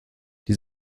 die